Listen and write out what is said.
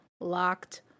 locked